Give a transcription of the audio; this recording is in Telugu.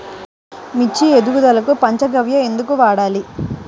మిర్చి ఎదుగుదలకు పంచ గవ్య ఎందుకు వాడాలి?